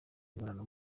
imibonano